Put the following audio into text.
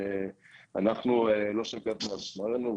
אנחנו לא שקדנו על שמרנו,